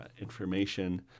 information